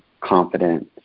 confident